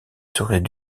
serait